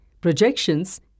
projections